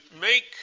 make